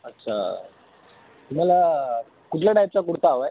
अच्छा तुम्हाला कुठल्या टाईपचा कुडता हवाय